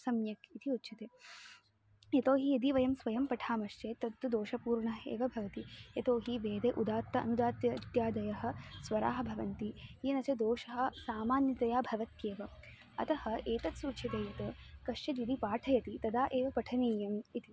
सम्यक् इति उच्यते यतो हि यदि वयं स्वयं पठामश्चेत् तत्तु दोषपूर्णः एव भवति यतो हि वेदे उदात्तः अनुदात्तः इत्यादयः स्वराः भवन्ति येन च दोषः सामान्यतया भवत्येव अतः एतत् सूच्यते यत् कश्चिद् यदि पाठयति तदा एव पठनीयम् इति